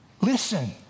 Listen